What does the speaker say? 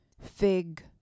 fig